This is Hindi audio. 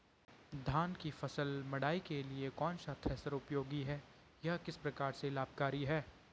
धान की फसल मड़ाई के लिए कौन सा थ्रेशर उपयुक्त है यह किस प्रकार से लाभकारी है?